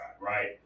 right